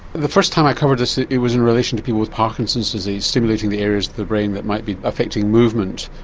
the first time i covered this it it was in relation to people with parkinson's disease, stimulating the areas of the brain that might be affecting movement.